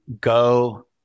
go